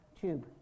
tube